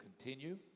continue